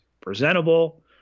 presentable